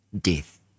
Death